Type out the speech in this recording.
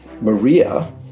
Maria